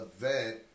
event